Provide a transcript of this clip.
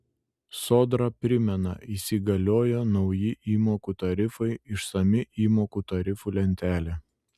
sodra primena įsigaliojo nauji įmokų tarifai išsami įmokų tarifų lentelė